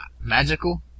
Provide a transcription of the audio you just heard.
magical